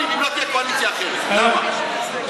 אם לא תהיה קואליציה אחרת, למה אתם מפחדים?